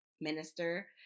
minister